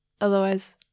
otherwise